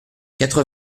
quatre